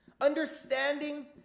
Understanding